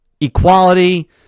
equality